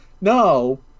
No